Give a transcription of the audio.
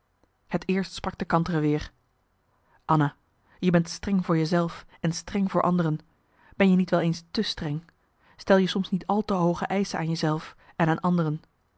het eerst sprak de kantere weer anna je bent streng voor je zelf en streng voor anderen ben je niet wel eens te streng stel je soms niet al te hooge eischen aan je zelf en aan anderen